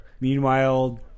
Meanwhile